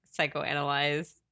psychoanalyze